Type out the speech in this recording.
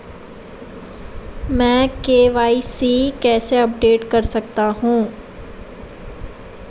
मैं के.वाई.सी कैसे अपडेट कर सकता हूं?